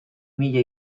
mila